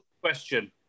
question